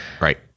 Right